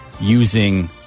using